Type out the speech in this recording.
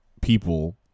people